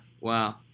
Wow